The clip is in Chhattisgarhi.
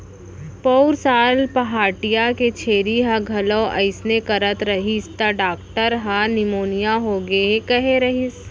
पउर साल पहाटिया के छेरी ह घलौ अइसने करत रहिस त डॉक्टर ह निमोनिया होगे हे कहे रहिस